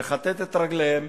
לכתת את רגליהם